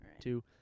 two